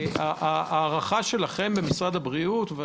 ההערכה שלכם במשרד הבריאות היא